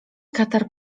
katar